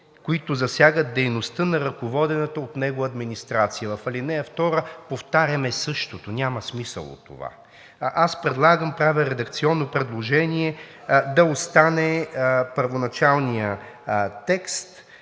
които засягат дейността на ръководената от него администрация. В ал. 2 повтаряме същото, няма смисъл от това. Аз правя редакционно предложение да остане първоначалният текст,